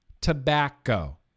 tobacco